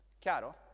Chiaro